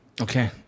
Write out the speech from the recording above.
Okay